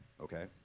Okay